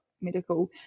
medical